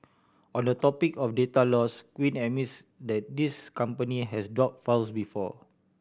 on the topic of data loss Quinn admits that this company has dropped files before